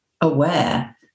aware